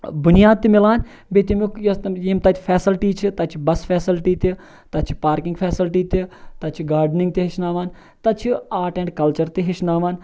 بُنیاد تہِ مِلان بییٚہِ تمیُک یم تَتہِ فیسَلٹِی چھِ تَتہِ چھِ بَس فیسَلٹِی تہِ تَتہِ چھِ پارکِنٛگ فیسَلٹی تہِ تَتہِ چھِ گاڈنِنٛگ تہِ ہیٚچھناوان تَتہِ چھِ آٹ ایٚنڈ کَلچَر تہِ ہیٚچھناوان